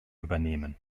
übernehmen